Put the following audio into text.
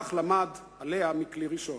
כך למד עליה מכלי ראשון.